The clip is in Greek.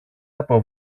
από